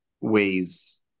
ways